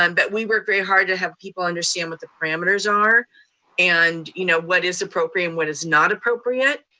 um but we work very hard to have people understand what the parameters are and you know what is appropriate, and what is not appropriate.